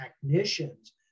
technicians